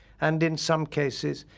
and in some cases,